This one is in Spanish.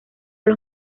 los